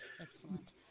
excellent